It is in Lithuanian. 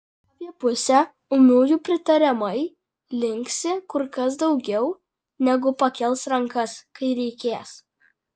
apie pusę ūmiųjų pritariamai linksi kur kas daugiau negu pakels rankas kai reikės